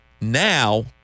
Now